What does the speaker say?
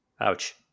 ouch